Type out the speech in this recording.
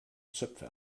zöpfe